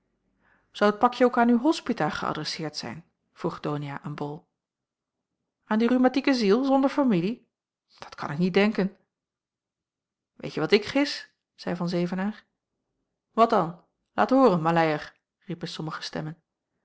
het pakje ook aan uw hospita geädresseerd zijn vroeg donia aan bol aan die rhumatieke ziel zonder familie dat kan ik niet denken weet je wat ik gis zeî van zevenaer wat dan laat hooren maleier riepen sommige stemmen